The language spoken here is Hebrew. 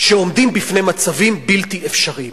שעומדים בפני מצבים בלתי אפשריים.